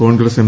Congress M